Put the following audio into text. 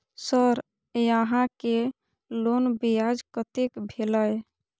Sir यहां के loan ब्याज कतेक भेलेय?